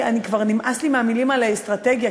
כבר נמאס לי מהמילים על אסטרטגיה,